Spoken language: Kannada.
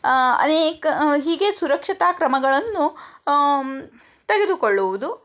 ಅನೇಕ ಹೀಗೇ ಸುರಕ್ಷಿತ ಕ್ರಮಗಳನ್ನು ತೆಗೆದುಕೊಳ್ಳುವುದು